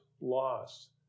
lost